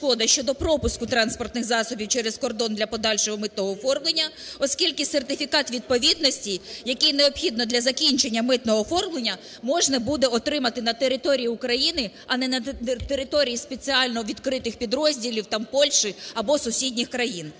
щодо пропуску транспортних засобів через кордон для подальшого митного оформлення, оскільки сертифікат відповідності, який необхідно для закінчення митного оформлення, можна буде отримати на території України, а не на території спеціально відкритих підрозділів там Польщі або сусідніх країн.